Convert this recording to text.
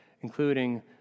including